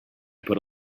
put